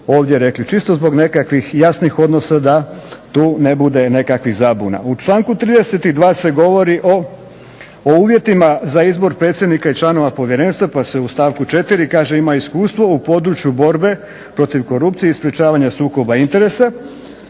ovdje rekli čisto zbog nekakvih jasnih odnosa da tu ne bude nekakvih zabuna. U članku 32. se govori o uvjetima za izbor predsjednika i članova povjerenstva pa se u stavku 4. kaže ima iskustvo u području borbe protiv korupcije i sprječavanja sukoba interesa